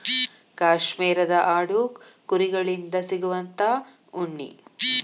ಕಾಶ್ಮೇರದ ಆಡು ಕುರಿ ಗಳಿಂದ ಸಿಗುವಂತಾ ಉಣ್ಣಿ